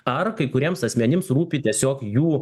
ar kai kuriems asmenims rūpi tiesiog jų